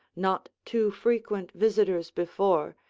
not too frequent visitors before,